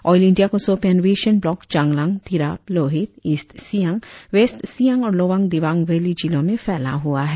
oil India को सौंपे अन्वेषण block Changlang Tirap Lohit East Siang West Siang और लोअर दिवांग वैली जिलों में फैला हुआ है